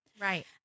Right